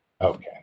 Okay